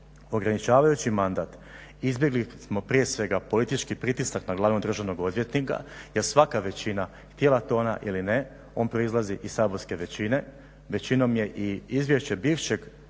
ograničavajući mandat izbjegli smo prije svega politički pritisak na glavnog državnog odvjetnika jer svaka većina, htjela to ona ili ne, on proizlazi iz Saborske većine. Većinom je i izvješće bivšeg,